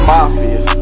Mafia